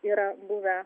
yra buvę